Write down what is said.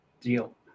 deal